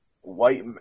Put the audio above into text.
white